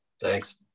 Thanks